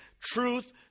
truth